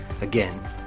Again